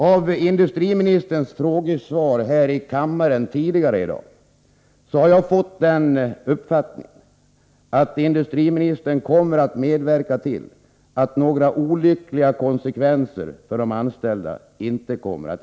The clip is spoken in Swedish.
Av industriministerns frågesvar här i kammaren tidigare i dag har jag fått den uppfattningen att industriministern kommer att medverka till att det inte blir några olyckliga konsekvenser för de anställda.